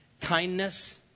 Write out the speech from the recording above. kindness